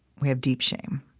we have deep shame,